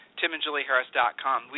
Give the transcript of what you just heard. timandjulieharris.com